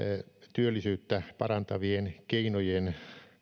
työllisyyttä parantavien keinojen